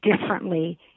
differently